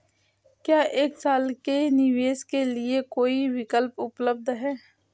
क्या एक साल के निवेश के लिए कोई विकल्प उपलब्ध है?